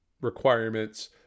requirements